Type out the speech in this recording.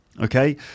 Okay